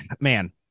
man